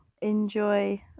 Enjoy